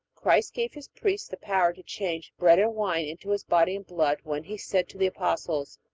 christ gave his priests the power to change bread and wine into his body and blood when he said to the apostles,